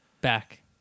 back